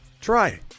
try